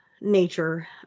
nature